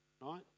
Right